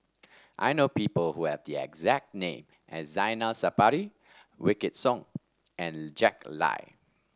I know people who have the exact name as Zainal Sapari Wykidd Song and Jack Lai